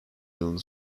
yılı